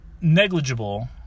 negligible